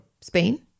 Spain